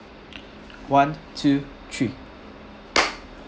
one two three